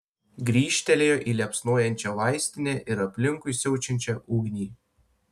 grįžtelėjo į liepsnojančią vaistinę ir aplinkui siaučiančią ugnį